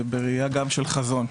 וגם בראייה של חזון.